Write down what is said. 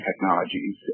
technologies